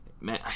man